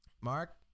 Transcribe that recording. Mark